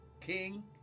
King